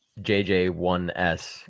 jj1s